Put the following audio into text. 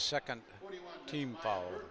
second team follower